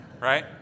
right